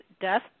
death